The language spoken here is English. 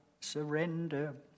surrender